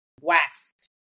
waxed